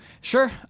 Sure